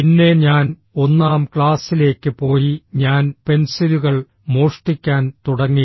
പിന്നെ ഞാൻ ഒന്നാം ക്ലാസിലേക്ക് പോയി ഞാൻ പെൻസിലുകൾ മോഷ്ടിക്കാൻ തുടങ്ങി